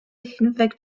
hinweg